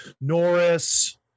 Norris